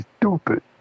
Stupid